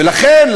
ולכן,